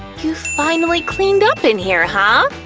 you finally cleaned up in here, huh?